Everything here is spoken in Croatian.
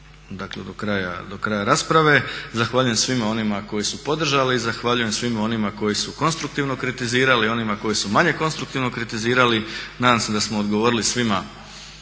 dakle do kraja rasprave. Zahvaljujem svima onima koji su podržali i zahvaljujem svima onima koji su konstruktivno kritizirali i onima koji su manje konstruktivno kritizirali. Nadam se da smo odgovorili svima